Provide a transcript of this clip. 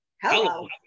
Hello